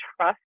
trust